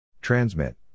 Transmit